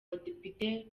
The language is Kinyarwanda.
badepite